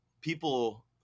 people